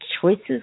choices